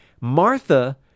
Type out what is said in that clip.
Martha